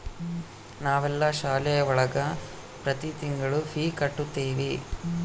ನಾವೆಲ್ಲ ಶಾಲೆ ಒಳಗ ಪ್ರತಿ ತಿಂಗಳು ಫೀ ಕಟ್ಟುತಿವಿ